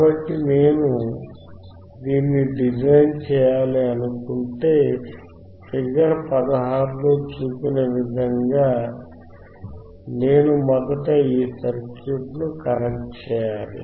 కాబట్టి నేను దీన్ని డిజైన్ చేయాలనుకుంటే ఫిగర్ 16 లో చూపిన విధంగా నేను మొదట ఈ సర్క్యూట్ను కనెక్ట్ చేయాలి